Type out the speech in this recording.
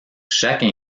chaque